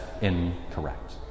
incorrect